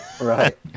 Right